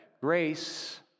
Grace